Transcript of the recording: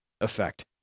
effect